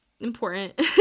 important